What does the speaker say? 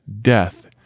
death